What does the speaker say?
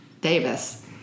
Davis